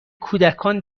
کودکان